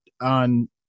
on